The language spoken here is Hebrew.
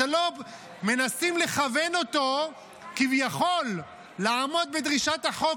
מנסים לכוון אותו כביכול לעמוד בדרישות החוק,